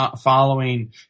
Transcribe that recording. following